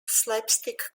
slapstick